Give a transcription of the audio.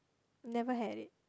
never had it